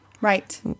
Right